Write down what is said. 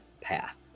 path